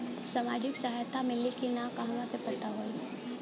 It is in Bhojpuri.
सामाजिक सहायता मिली कि ना कहवा से पता होयी?